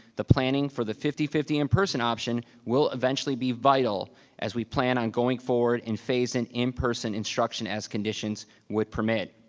the planning for the fifty fifty in-person option will eventually be vital as we plan on going forward in phasing an in-person instruction as conditions would permit.